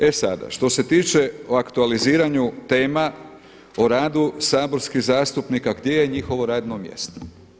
E sada, što se tiče o aktualiziranju tema o radu saborskih zastupnika gdje je njihovo radno mjesto.